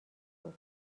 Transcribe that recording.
بود